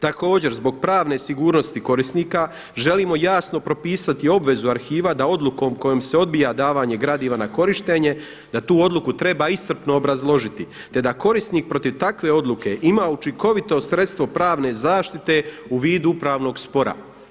Također zbog pravne sigurnosti korisnika želimo jasno propisati obvezu arhiva da odlukom kojom se odbija davanje gradiva na korištenje da tu odluku treba iscrpno obrazložiti, te da korisnik protiv takve odluke ima učinkovito sredstvo pravne zaštite u vidu upravnog spora.